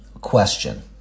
question